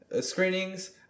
screenings